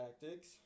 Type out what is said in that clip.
tactics